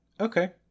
Okay